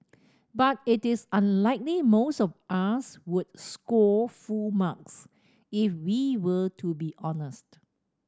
but it is unlikely most of us would score full marks if we were to be honest